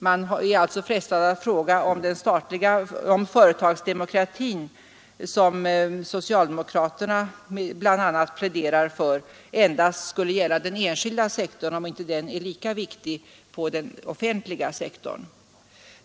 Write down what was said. Man är alltså frestad att fråga om företagsdemokratin, som socialdemokraterna bl.a. pläderar för, endast skall gälla på den enskilda sektorn. Är den inte lika viktig på den offentliga sektorn?